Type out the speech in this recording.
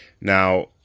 Now